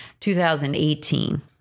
2018